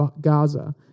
Gaza